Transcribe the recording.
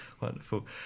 Wonderful